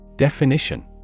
Definition